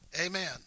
Amen